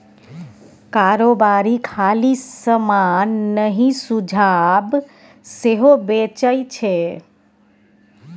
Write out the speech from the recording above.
कारोबारी खाली समान नहि सुझाब सेहो बेचै छै